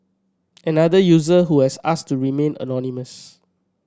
another user who has asked to remain anonymous